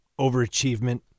overachievement